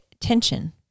tension